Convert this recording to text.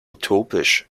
utopisch